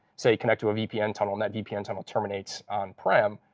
say, connect to a vpn tunnel, and that vpn tunnel terminates on-prem,